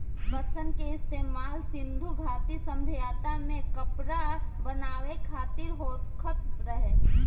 पटसन के इस्तेमाल सिंधु घाटी सभ्यता में कपड़ा बनावे खातिर होखत रहे